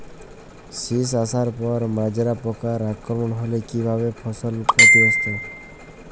শীষ আসার পর মাজরা পোকার আক্রমণ হলে কী ভাবে ফসল ক্ষতিগ্রস্ত?